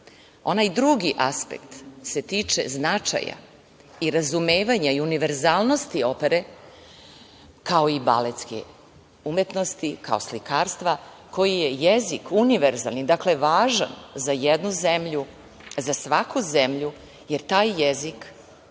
drugi aspekt se tiče značaja i razumevanja i univerzalnosti opere, kao i baletske umetnosti, kao slikarstva, koji je jezik univerzalni, dakle, važan za jednu zemlju, za svaku zemlju, jer taj jezik